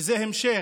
זה המשך